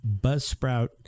Buzzsprout